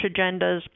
agendas